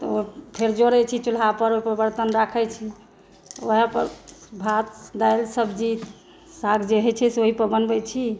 फेर जोड़ैत छी चूल्हापर ओहिपर बर्तन राखैत छी वएहपर भात दालि सब्जी साग जे होइत छै से ओहीपर बनबैत छी